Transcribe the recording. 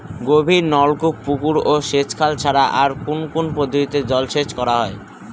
গভীরনলকূপ পুকুর ও সেচখাল ছাড়া আর কোন কোন পদ্ধতিতে জলসেচ করা যায়?